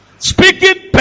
speaking